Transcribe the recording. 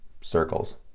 circles